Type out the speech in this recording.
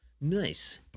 Nice